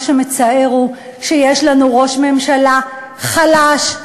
מה שמצער הוא שיש לנו ראש ממשלה חלש,